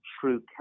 true